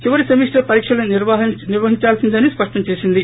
చివరి సెమిస్టర్ పరీక్షలు నిర్వహించాల్పిందేనని స్పష్టం చేసింది